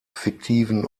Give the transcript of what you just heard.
fiktiven